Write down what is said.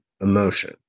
emotion